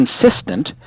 consistent